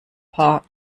paar